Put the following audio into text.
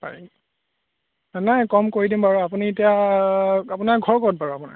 পাৰি নাই কম কৰি দিম বাৰু আপুনি এতিয়া আপোনাৰ ঘৰ ক'ত বাৰু আপোনাৰ